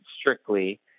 strictly